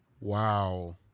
Wow